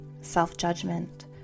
self-judgment